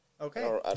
Okay